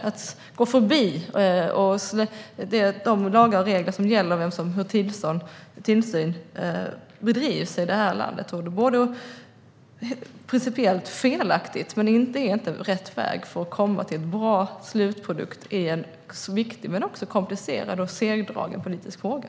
Att gå förbi de lagar och regler som gäller om vem som har tillstånd och hur tillsyn bedrivs i det här landet vore principiellt felaktigt. Det är inte rätt väg för att komma till en bra slutprodukt i en viktig men också komplicerad och segdragen politisk fråga.